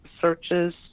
searches